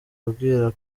ababwira